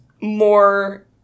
more